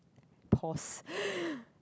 pause